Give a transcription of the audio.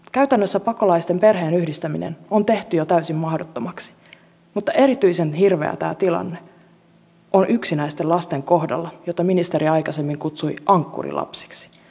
käytännössä pakolaisten perheenyhdistäminen on tehty jo täysin mahdottomaksi mutta erityisen hirveä tämä tilanne on yksinäisten lasten kohdalla joita ministeri aikaisemmin kutsui ankkurilapsiksi